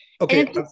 okay